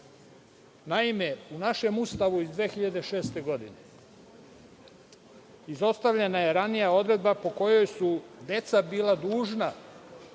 u našem Ustavu iz 2006. godine izostavljena je ranija odredba po kojoj su deca bila dužna